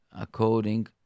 according